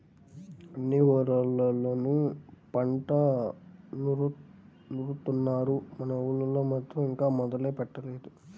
అన్ని ఊర్లళ్ళోనూ పంట నూరుత్తున్నారు, మన ఊళ్ళో మాత్రం ఇంకా మొదలే పెట్టలేదు